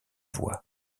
voix